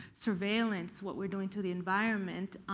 surveillance, what we're doing to the environment,